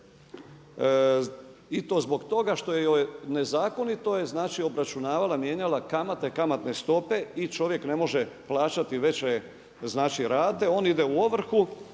i to zbog toga što joj nezakonito je obračunavala mijenjala kamate, kamatne stope i čovjek ne može plaćati veće rate, on ide u ovrhu.